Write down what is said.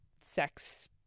sex